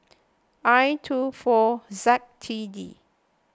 I two four Z T D